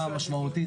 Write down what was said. זו תופעה משמעותית.